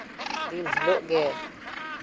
ᱫᱤᱱ ᱦᱤᱞᱳᱜ ᱜᱮ